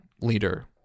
leader